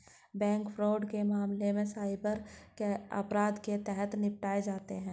bank fraud के मामले cyber अपराध के तहत निपटाए जाते हैं